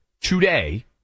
today